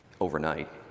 overnight